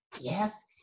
Yes